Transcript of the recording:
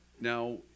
Now